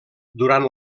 durant